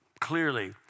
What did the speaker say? clearly